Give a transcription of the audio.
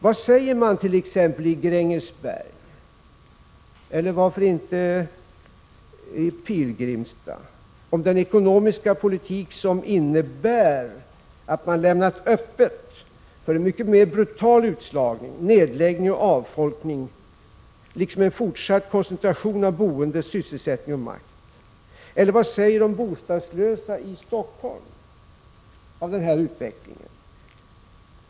Vad säger man t.ex. i Grängesberg eller varför inte i Pilgrimsstad om den ekonomiska politik som innebär att man lämnat fältet öppet för en mycket mer brutal utslagning, nedläggning och avfolkning liksom för en fortsatt koncentration av boende, sysselsättning och makt? Eller vad säger de bostadslösa i Stockholm om den här utvecklingen?